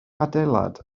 adeilad